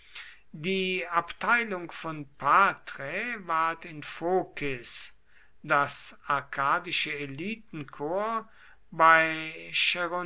die abteilung von paträ ward in phokis das arkadische elitenkorps bei